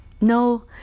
no